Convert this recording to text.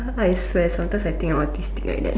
sometimes I swear sometimes I think I autistic like that